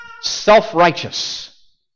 Self-righteous